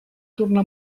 tornar